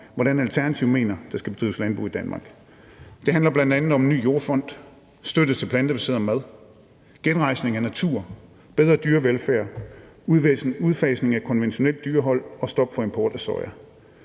hvordan Alternativet mener at der skal drives landbrug i Danmark. Det handler bl.a. om en ny jordfond, støtte til plantebaseret mad, genrejsning af natur, bedre dyrevelfærd, udfasning af konventionelt dyrehold og stop for import af soja.